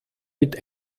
mit